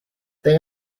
they